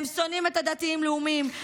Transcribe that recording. הם שונאים את הדתיים הלאומיים,